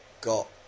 got